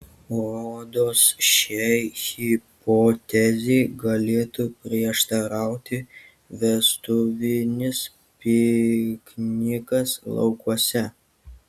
rodos šiai hipotezei galėtų prieštarauti vestuvinis piknikas laukuose